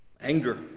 anger